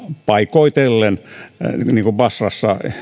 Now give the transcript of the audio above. paikoitellen jopa pahenemassa niin kuin basrassa